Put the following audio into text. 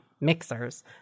mixers